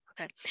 okay